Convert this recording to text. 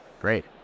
Great